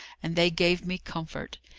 and they gave me comfort.